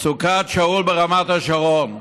סוכת שאול ברמת השרון.